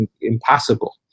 impossible